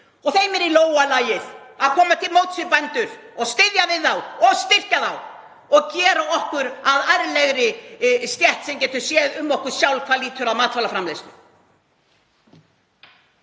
sem er í lófa lagið að koma til móts við bændur og styðja við þá og styrkja þá og gera okkur að ærlegri stétt sem getur séð um sig sjálf hvað lýtur að matvælaframleiðslu.